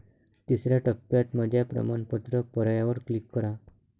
तिसर्या टप्प्यात माझ्या प्रमाणपत्र पर्यायावर क्लिक करा